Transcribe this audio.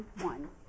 one